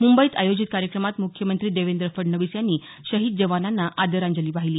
मुंबईत आयोजित कार्यक्रमात मुख्यमंत्री देवेंद्र फडणवीस यांनी शहीद जवानांना आदरांजली वाहिली